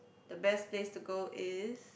the best place to go is